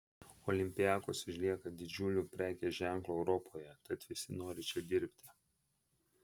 olympiakos išlieka didžiuliu prekės ženklu europoje tad visi nori čia dirbti